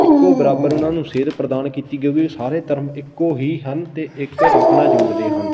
ਇੱਕੋ ਬਰਾਬਰ ਉਹਨਾਂ ਨੂੰ ਸੇਧ ਪ੍ਰਦਾਨ ਕੀਤੀ ਕਿਉਂਕਿ ਸਾਰੇ ਧਰਮ ਇੱਕੋ ਹੀ ਹਨ ਅਤੇ ਇੱਕ ਰੱਬ ਨਾਲ ਜੋੜਦੇ ਹਨ